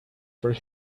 for